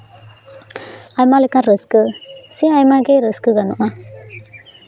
ᱟᱭᱢᱟ ᱞᱮᱠᱟᱱ ᱨᱟᱹᱥᱠᱟᱹ ᱥᱮ ᱟᱭᱢᱟᱜᱮ ᱨᱟᱹᱥᱠᱟᱹ ᱜᱟᱱᱚᱜᱼᱟ